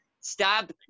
Stop